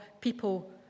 people